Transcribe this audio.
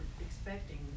expecting